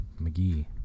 McGee